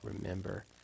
remember